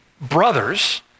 brothers